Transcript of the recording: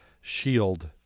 shield